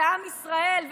ועם ישראל,